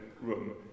room